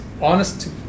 honest